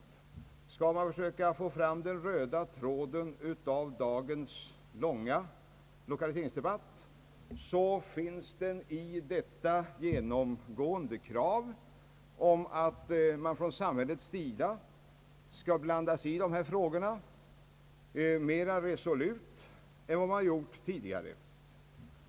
Om man skall försöka ta fram den röda tråden i dagens långa lokaliseringsdebatt finner man den i det genomgående kravet på att samhället skall engagera sig i dessa frågor mer resolut än tidigare.